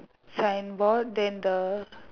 signboard then the